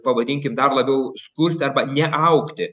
pavadinkim dar labiau skursti arba neaugti